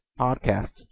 podcasts